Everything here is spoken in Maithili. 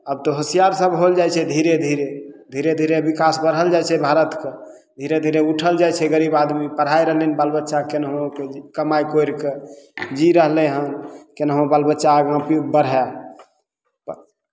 आब तऽ होशियार सभ होइल जाइ छै धीरे धीरे धीरे धीरे विकास बढ़ल जाइ छै भारतके धीरे धीरे उठल जाइ छै गरीब आदमी पढ़ाय रहलै हन बाल बच्चाकेँ केनाहु कऽ कमाइ करि कऽ जी रहलै हन केनाहु बाल बच्चा आगाँ की बढ़य